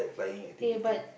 K but